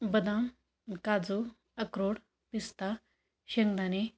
बदाम काजू अक्रोड पिस्ता शेंगदाणे